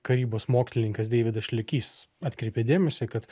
karybos mokslininkas deividas šlekys atkreipė dėmesį kad